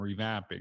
revamping